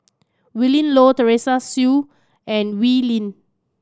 Willin Low Teresa Hsu and Wee Lin